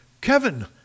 Kevin